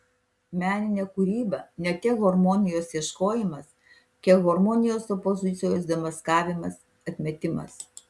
meninė kūryba ne tiek harmonijos ieškojimas kiek harmonijos opozicijos demaskavimas atmetimas